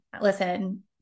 listen